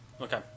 Okay